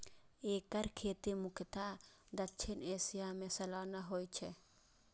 एकर खेती मुख्यतः दक्षिण एशिया मे सालाना होइ छै